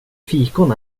fikon